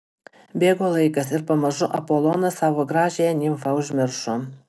bėgo laikas ir pamažu apolonas savo gražiąją nimfą užmiršo